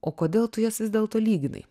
o kodėl tu jas vis dėlto lyginai